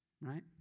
Right